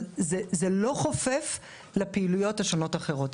אבל, זה לא חופף לפעילויות השונות האחרות.